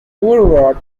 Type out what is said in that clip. overwrought